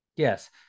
Yes